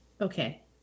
Okay